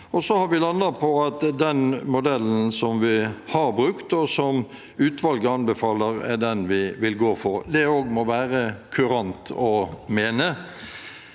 og så har vi landet på at den modellen som vi har brukt, og som utvalget anbefaler, er den vi vil gå for. Det må også være kurant å mene.